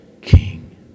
King